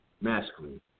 masculine